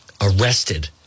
arrested